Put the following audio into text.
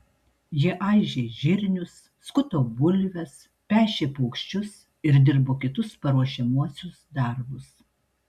jie aižė žirnius skuto bulves pešė paukščius ir dirbo kitus paruošiamuosius darbus